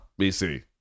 BC